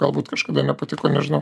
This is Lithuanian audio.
galbūt kažkada nepatiko nežinau